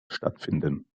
stattfinden